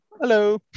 Hello